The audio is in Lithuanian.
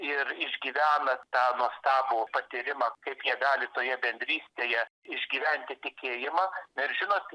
ir išgyvena tą nuostabų patyrimą kaip jie gali toje bendrystėje išgyventi tikėjimą na ir žinot